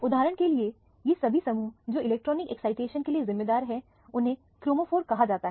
उदाहरण के लिए ये सभी समूह जो इलेक्ट्रॉनिक एक्साइटेशन के लिए जिम्मेदार हैं उन्हें क्रोमोफोर कहा जाता है